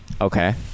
Okay